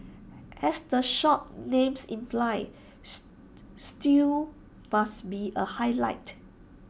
as the shop's names implies stew must be A highlight